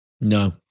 No